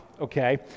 okay